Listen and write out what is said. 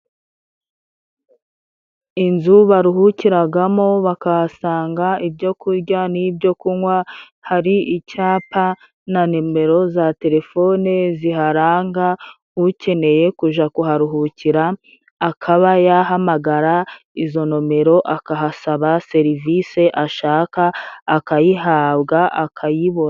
Inzu baruhukiragamo bakahasanga ibyo kurya n'ibyo kunywa hari icyapa na nimero za telefone ziharanga. ukeneye kuja kuharuhukira akaba yahamagara izo nomero akahasaba serivisi ashaka akayihabwa, akayibona.